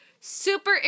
super